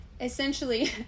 essentially